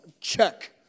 check